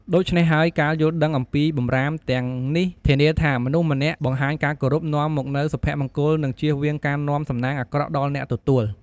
ដូច្នេះហើយ ការយល់ដឹងអំពីបម្រាមទាំងនេះធានាថា មនុស្សម្នាក់បង្ហាញការគោរព នាំមកនូវសុភមង្គល និងជៀសវាងការនាំសំណាងអាក្រក់ដល់អ្នកទទួល។